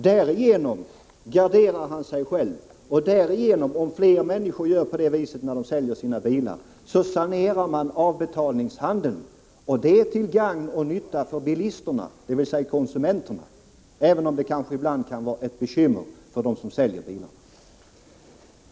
Därigenom garderar han sig själv, och om flera människor gör på det sättet när de säljer bilar saneras avbetalningshandeln, vilket är till gagn och nytta för konsumenterna, dvs. bilisterna — även om det kanske ibland kan vara ett bekymmer för dem som säljer bilar.